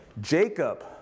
Jacob